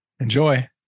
Enjoy